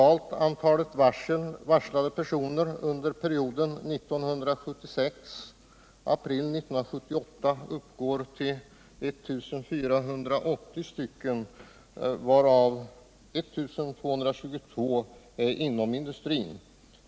Under perioden 1976 april 1978 varslades totalt 1480 personer om uppsägning, av vilka 1 222 är anställda inom industrin.